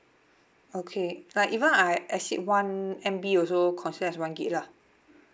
okay like even I exceed one M_B also considered as one gig lah